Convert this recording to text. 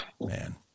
Man